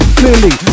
clearly